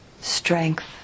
strength